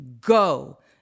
go